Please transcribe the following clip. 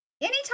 anytime